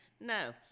No